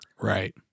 Right